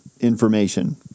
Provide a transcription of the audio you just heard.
information